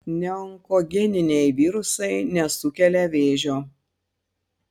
neonkogeniniai virusai nesukelia vėžio